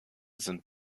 sind